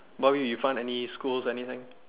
you found any schools or anything